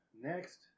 next